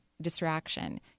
distraction